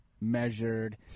measured